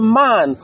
man